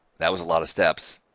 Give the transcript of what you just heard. that was a lot of steps.